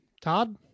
Todd